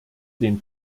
den